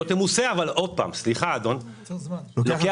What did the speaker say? אבל זה ייקח זמן,